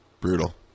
Brutal